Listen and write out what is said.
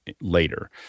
later